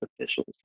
officials